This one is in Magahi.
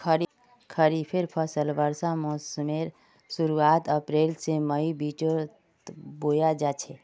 खरिफेर फसल वर्षा मोसमेर शुरुआत अप्रैल से मईर बिचोत बोया जाछे